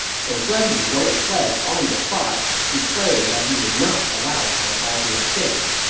so guan yu wrote a pledge on the spot, declaring that he would not allow cao cao to escape.